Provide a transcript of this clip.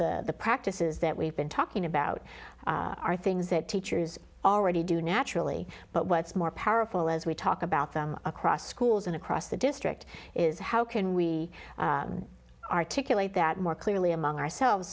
the practices that we've been talking about are things that teachers already do naturally but what's more powerful as we talk about them across schools and across the district is how can we articulate that more clearly among ourselves